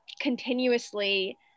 continuously